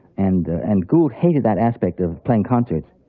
and and gould hated that aspect of playing concerts.